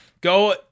Go